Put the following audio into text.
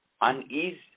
unease